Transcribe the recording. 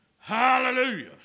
Hallelujah